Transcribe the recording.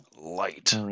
Light